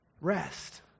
Rest